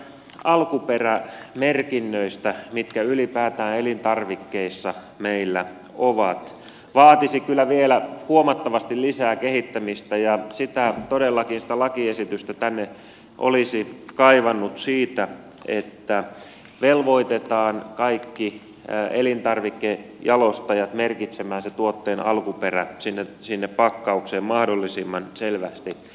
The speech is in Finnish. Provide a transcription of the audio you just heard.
nämä alkuperämerkinnät mitkä ylipäätään elintarvikkeissa meillä ovat vaatisivat kyllä vielä huomattavasti lisää kehittämistä ja todellakin sitä lakiesitystä tänne olisi kaivannut siitä että velvoitetaan kaikki elintarvikejalostajat merkitsemään se tuotteen alkuperä sinne pakkaukseen mahdollisimman selvästi